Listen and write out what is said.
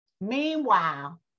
Meanwhile